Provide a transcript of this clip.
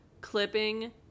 clipping